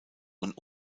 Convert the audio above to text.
und